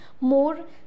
more